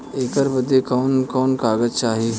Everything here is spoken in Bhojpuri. ऐकर बदे कवन कवन कागज चाही?